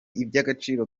iby’agaciro